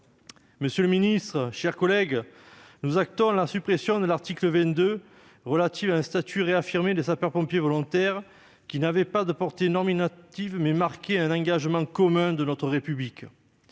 Monsieur le ministre, mes chers collègues, nous actons la suppression de l'article 22 A relatif à la réaffirmation du statut des sapeurs-pompiers volontaires, qui n'avait pas de portée normative, mais marquait un engagement commun de notre République.